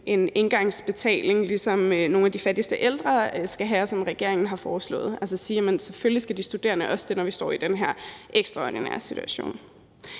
et engangsbeløb ligesom nogle af de fattigste ældre, som regeringen har foreslået skal have det – altså sige, at selvfølgelig skal de studerende også have det, når vi står i den her ekstraordinære situation.